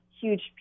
huge